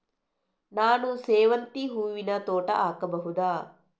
ನಾನು ಸೇವಂತಿ ಹೂವಿನ ತೋಟ ಹಾಕಬಹುದಾ?